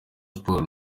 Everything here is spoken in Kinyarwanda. sports